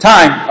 Time